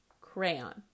crayon